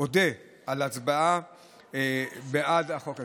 אודה על הצבעה בעד החוק הזה.